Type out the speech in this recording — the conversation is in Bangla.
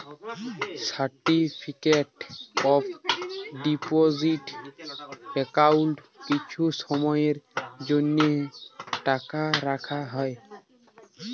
সার্টিফিকেট অফ ডিপজিট একাউল্টে কিছু সময়ের জ্যনহে টাকা রাখা হ্যয়